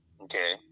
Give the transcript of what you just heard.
Okay